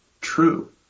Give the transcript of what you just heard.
true